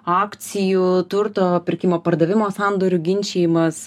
akcijų turto pirkimo pardavimo sandorių ginčijimas